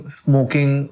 smoking